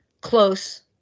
close